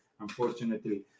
unfortunately